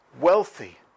wealthy